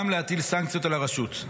גם להטיל סנקציות על הרשות.